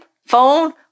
Phone